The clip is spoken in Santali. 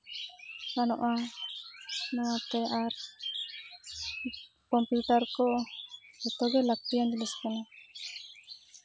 ᱜᱟᱱᱚᱜᱼᱟ ᱱᱚᱣᱟᱛᱮ ᱟᱨ ᱠᱚᱢᱯᱤᱭᱩᱴᱟᱨ ᱠᱚ ᱡᱚᱛᱚᱜᱮ ᱞᱟᱹᱠᱛᱤᱭᱟᱱ ᱡᱤᱱᱤᱥ ᱠᱟᱱᱟ